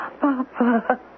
Papa